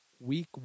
week